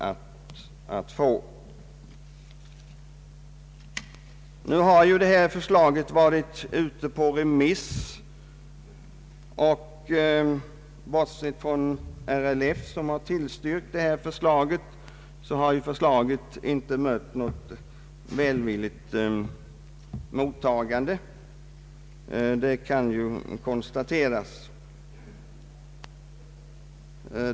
Förslaget har som bekant varit ute på remiss, och det har — bortsett från RLF som tillstyrkt detsamma — inte fått något välvilligt mottagande.